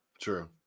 true